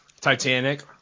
Titanic